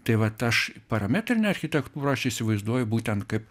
tai vat aš parametrinę architektūrą aš įsivaizduoju būtent kaip